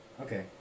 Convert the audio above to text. Okay